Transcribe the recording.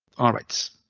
all right.